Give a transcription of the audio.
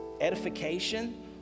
edification